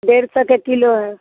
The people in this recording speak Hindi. डेढ़ सौ के किलो है